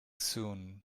soon